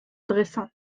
dressant